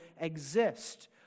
exist